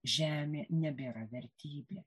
žemė nebėra vertybė